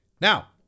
Now